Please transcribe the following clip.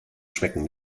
schmecken